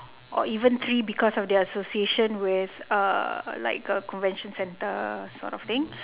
or even three because of their association with uh like a convention centre sort of thing